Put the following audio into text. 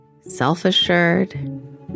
self-assured